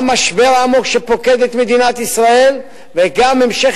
גם משבר עמוק שפוקד את מדינת ישראל וגם המשך